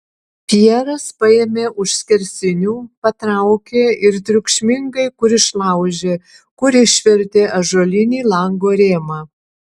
pjeras paėmė už skersinių patraukė ir triukšmingai kur išlaužė kur išvertė ąžuolinį lango rėmą